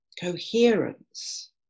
coherence